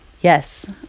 Yes